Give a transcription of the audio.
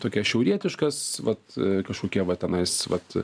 tokia šiaurietiškas vat kažkokie va tenais vat